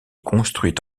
construite